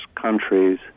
countries